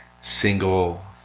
single